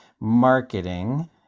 marketing